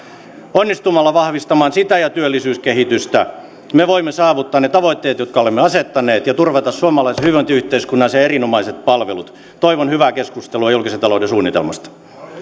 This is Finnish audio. onnistumalla vahvistamaan sitä ja työllisyyskehitystä me voimme saavuttaa ne tavoitteet jotka olemme asettaneet ja turvata suomalaisen hyvinvointiyhteiskunnan ja sen erinomaiset palvelut toivon hyvää keskustelua julkisen talouden suunnitelmasta sitten